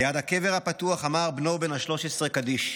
ליד הקבר הפתוח אמר בנו, בן ה-13, קדיש.